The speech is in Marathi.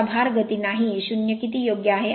आता भार गती नाही 0 किती योग्य आहे